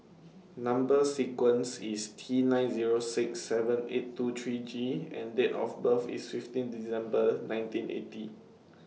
Number sequence IS T nine Zero six seven eight two three G and Date of birth IS fifteen December nineteen eighty